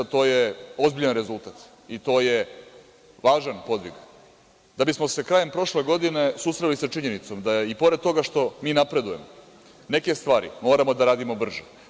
To je ozbiljan rezultat i to je važan podvig, da bismo se krajem prošle godine susreli sa činjenicom da i pored toga što mi napredujemo, neke stvari moramo da radimo brže.